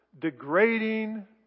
degrading